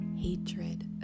hatred